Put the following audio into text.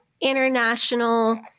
international